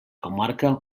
comarca